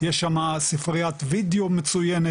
יש שם ספריית וידאו מצוינת.